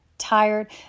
tired